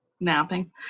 napping